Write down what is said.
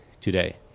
today